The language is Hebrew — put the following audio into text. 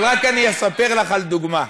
אבל רק אספר לך, לדוגמה,